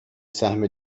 سهم